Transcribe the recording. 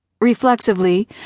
Reflexively